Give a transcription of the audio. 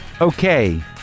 Okay